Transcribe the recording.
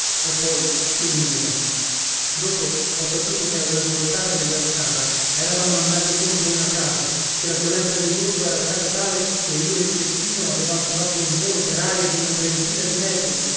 e poi più nulla dopo ho saputo che a una svoltata della strada eravamo andati contro una casa che la violenza dell'urto era stata tale che io e cecchino avevamo fatto un volo per aria di una trentina di metri